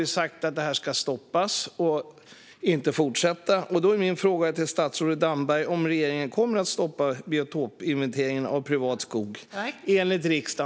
Min fråga till statsrådet Damberg är: Kommer regeringen i enlighet med riksdagens beslut att stoppa biotopinventeringen av privat skog?